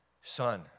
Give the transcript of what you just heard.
Son